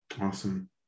Awesome